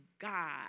God